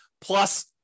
plus